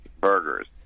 burgers